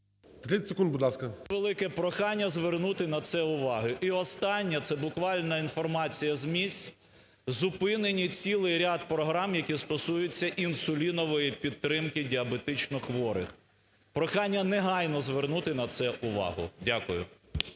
30 секунд, будь ласка. СОБОЛЄВ С.В. Велике прохання звернути на це увагу. І останнє. Це буквально інформація з місць. Зупинені цілий ряд програм, які стосуються інсулінової підтримкидіабетично хворих. Прохання негайно звернути на це увагу. Дякую.